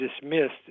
dismissed